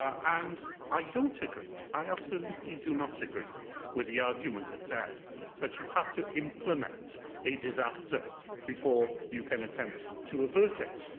and i don't agree i absolutely do not agree with the argument that says that you have to implement a disaster before you can attempt to avert it.